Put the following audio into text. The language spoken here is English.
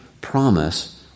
promise